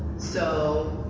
so